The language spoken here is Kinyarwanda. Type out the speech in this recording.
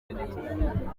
b’ibihugu